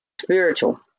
Spiritual